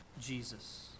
Jesus